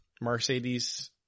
Mercedes